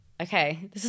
Okay